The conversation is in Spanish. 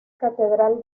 catedral